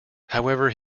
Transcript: however